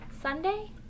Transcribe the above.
Sunday